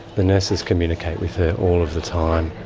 the nurses communicate with her all of the time.